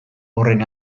horren